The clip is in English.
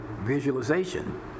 visualization